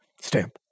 stamp